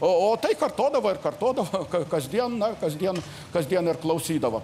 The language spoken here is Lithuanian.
o o tai kartodavo ir kartodavo ka kasdien na kasdien kasdien ir klausydavo